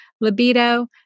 libido